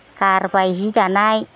गारबाय हि दानाय